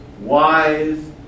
wise